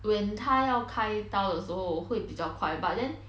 when 他要开刀的时候会比较快 but then